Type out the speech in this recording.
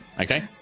Okay